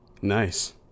nice